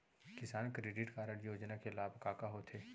किसान credit card योजना के लाभ का का होथे?